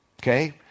okay